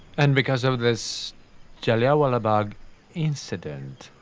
and because of this jallianwala bagh incident.